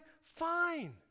fine